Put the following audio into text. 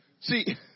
See